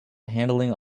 handling